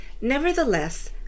nevertheless